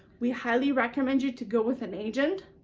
we highly recommend you to go with an agent.